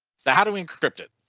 so how do we encrypt it?